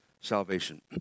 salvation